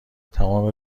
تمام